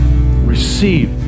receive